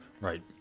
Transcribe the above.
Right